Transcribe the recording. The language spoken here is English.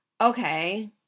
okay